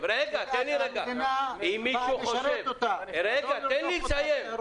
המדינה אמורה לשרת אותה ולא לרדוף אותה.